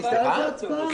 הייתה על זה הצבעה?